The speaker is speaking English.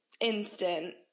instant